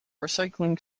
recycling